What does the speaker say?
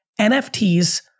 NFTs